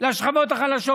לשכבות החלשות.